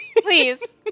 please